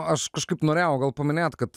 aš kažkaip norėjau gal paminėt kad